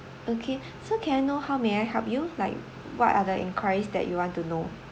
okay so can I know how may I help you like what are the enquiries that you want to know